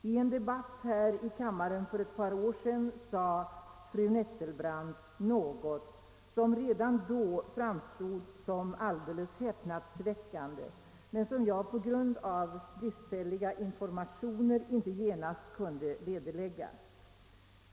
I en debatt här i kammaren för ett par år sedan sade fru Nettelbrandt nå got, som redan då framstod som helt häpnadsväckande men som jag på grund av bristfälliga informationer inte genast kunde vederlägga.